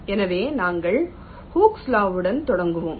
எனவே நாங்கள் Hooke's law Hook's law வுடன் தொடங்குவோம்